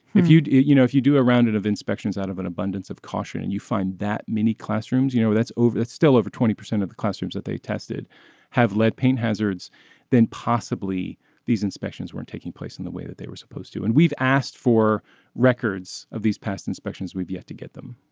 if you you know if you do a round and of inspections out of an abundance of caution and you find that many classrooms you know that's over it's still over twenty percent of the classrooms that they tested have lead paint hazards then possibly these inspections weren't taking place in the way that they were supposed to. and we've asked for records of these past inspections we've yet to get them